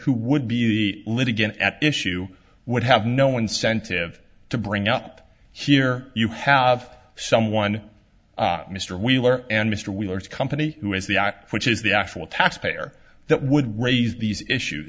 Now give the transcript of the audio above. who would be litigant at issue would have no one centive to bring up here you have someone mr wheeler and mr wheeler's company who is the which is the actual taxpayer that would raise these issues